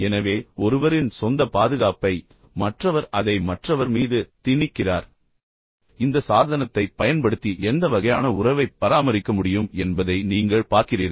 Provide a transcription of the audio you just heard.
எனவே ஒருவரின் சொந்த பாதுகாப்பை மற்றவர் அதை மற்றவர் மீது திணிக்கிறார் இந்த சாதனத்தைப் பயன்படுத்தி நீங்கள் எந்த வகையான உறவைப் பராமரிக்க முடியும் என்பதை நீங்கள் பார்க்கிறீர்கள்